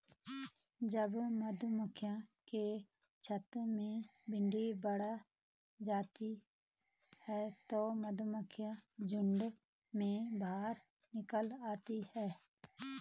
जब मधुमक्खियों के छत्ते में भीड़ बढ़ जाती है तो मधुमक्खियां झुंड में बाहर निकल आती हैं